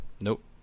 Nope